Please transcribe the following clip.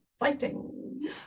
exciting